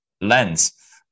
lens